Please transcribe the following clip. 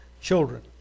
children